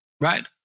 Right